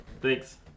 thanks